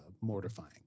mortifying